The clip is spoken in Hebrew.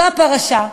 זו הפרשה,